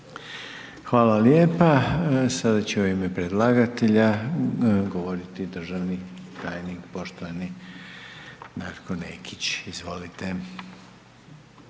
Hvala lijepa. Sada će u ime predlagatelja govoriti državni tajnik poštovani Darko Nekić. Izvolite.